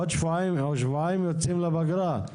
עוד שבועיים יוצאים לפגרה.